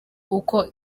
uko